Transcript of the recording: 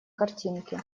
картинке